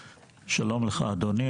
שלום לך, אדוני.